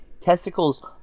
Testicles